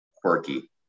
quirky